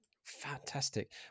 Fantastic